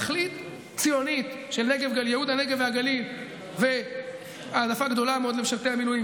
תכלית ציונית של ייהוד הנגב והגליל והעדפה גדולה מאוד למשרתי המילואים,